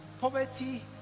poverty